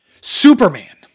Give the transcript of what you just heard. Superman